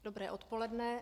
Dobré odpoledne.